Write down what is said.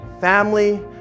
family